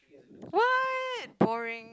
what boring